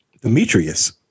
Demetrius